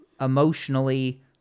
emotionally